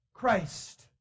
Christ